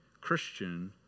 Christian